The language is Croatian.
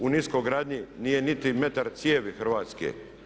U niskogradnji nije niti metar cijevi hrvatske.